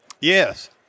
Yes